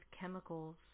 chemicals